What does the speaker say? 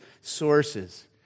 sources